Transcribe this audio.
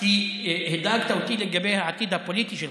כי הדאגת אותי לגבי העתיד הפוליטי שלך,